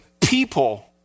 people